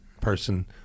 person